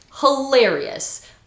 hilarious